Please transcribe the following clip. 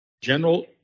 General